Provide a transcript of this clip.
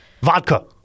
Vodka